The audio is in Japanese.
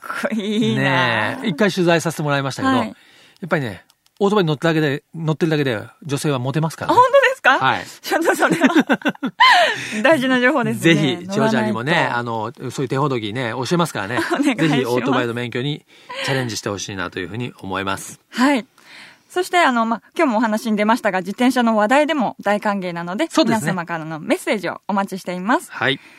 かっこいいなあ。ねえ。一回取材させてもらいましたけど、はい。やっぱりね、オートバイに乗ってだけで、乗ってるだけで女性はモテますからね。本当ですか？はい。ちょっとそれは 大事な情報ですね。ぜひ、ジョージャーにもね、乗らないと。あの、そういう手ほどきね、教えますからね。お願いします。ぜひオートバイの免許にチャレンジしてほしいなというふうに思います。はい。そして、あの、ま、今日もお話に出ましたが、自転車の話題でも大歓迎なので、そうですね。皆様からのメッセージをお待ちしています。はい。